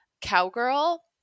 cowgirl